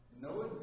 no